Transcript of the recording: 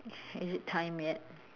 is it time yet